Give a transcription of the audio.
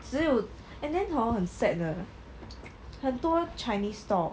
只有 and then hor 很 sad 的很多 chinese stall